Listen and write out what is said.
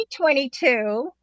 2022